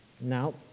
Now